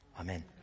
amen